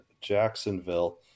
Jacksonville